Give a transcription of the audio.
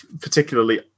particularly